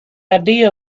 idea